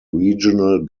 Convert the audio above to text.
regional